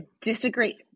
disagree